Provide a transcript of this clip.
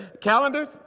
calendars